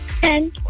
Ten